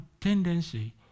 tendency